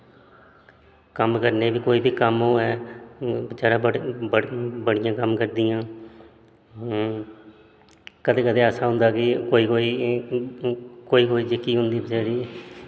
कम्म करने गी बी कोई बी कम्म होऐ बचारियां बड़ा बड़ बड़ियां कम्म करदियां कदें कदें ऐसा होंदा कि कोई कोई कोई कोई जेह्की होंदी बेचारी